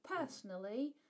personally